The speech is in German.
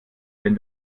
wenn